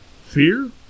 Fear